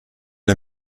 der